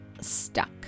stuck